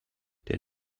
der